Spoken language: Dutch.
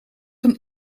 een